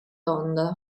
londra